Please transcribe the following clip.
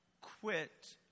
quit